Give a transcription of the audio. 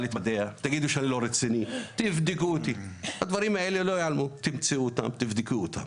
הדברים האלה לא ייעלמו, תבדקו אותם